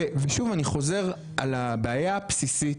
שוב, אני חוזר ומעלה את הבעיה הבסיסית.